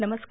नमस्कार